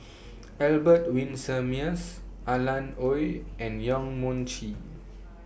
Albert Winsemius Alan Oei and Yong Mun Chee